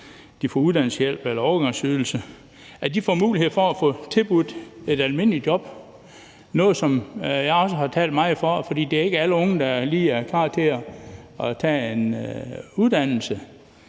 30 år og ingen erhvervskompetence har, får mulighed for at tage et almindeligt job. Det er noget, som jeg også har talt meget for, for det er ikke alle unge, der lige er klar til at tage en uddannelse.